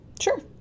sure